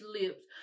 lips